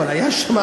אבל היה שם,